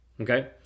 Okay